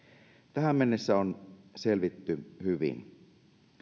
tähän mennessä on selvitty hyvin